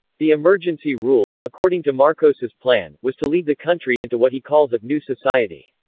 the emergency rule, according to marcos's plan, was to lead the country into what he calls a new society.